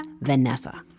Vanessa